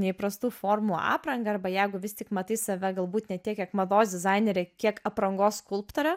neįprastų formų aprangą arba jeigu vis tik matai save galbūt ne tiek kiek mados dizainerė kiek aprangos skulptorė